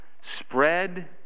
Spread